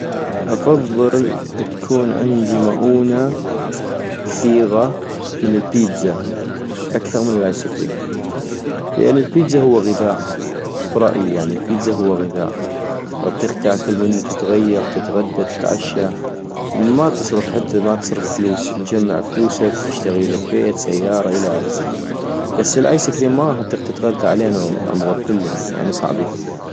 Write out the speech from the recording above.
افضل تكون عندي مؤونة كثيغة من البيتزا اكثغ من الايسكريم - لان البيتزا هو غذاء، برأيي يعني البيتزا هو غذاء، اطيق تاكل منو تتغيق تتغدا تتعشى ، ما تصرف حتى ما تصرف فلوس ، تجمع فلوسك تشتغيلك بيت سيارة إلى اخره، بس الايسكريم ما غاح اطيق تتغذى علينو عمغك كلو يعني صعبي